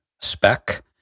spec